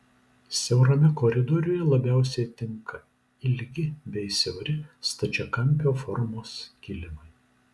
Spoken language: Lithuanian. siaurame koridoriuje labiausiai tinka ilgi bei siauri stačiakampio formos kilimai